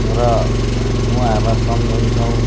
र उहाँहरूलाई सम्झन्छौँ